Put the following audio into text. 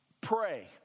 Pray